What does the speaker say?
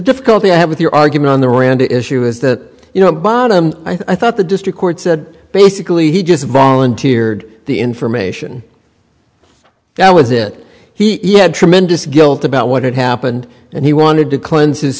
difficulty i had with your argument on the rand issue is that you know bottom i thought the district court said basically he just volunteered the information that was it he had tremendous guilt about what had happened and he wanted to cleanse his